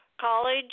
college